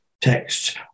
texts